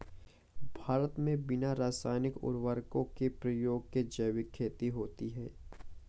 भारत मे बिना रासायनिक उर्वरको के प्रयोग के जैविक खेती होती है